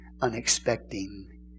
unexpecting